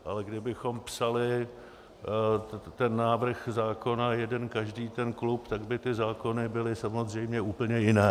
Ale kdybychom psali ten návrh zákona jeden každý ten klub, tak by ty zákony byly samozřejmě úplné jiné.